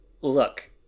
Look